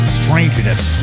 strangeness